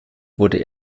wurde